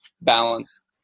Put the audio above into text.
balance